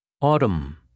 autumn